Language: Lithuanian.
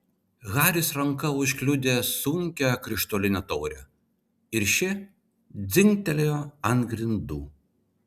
haris ranka užkliudė sunkią krištolinę taurę ir ši dzingtelėjo ant grindų